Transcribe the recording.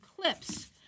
clips